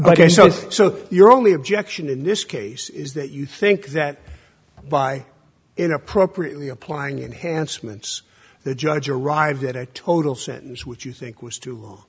suppose so you're only objection in this case is that you think that by in appropriately applying enhanced mintz the judge arrived at a total sentence which you think was